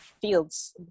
fields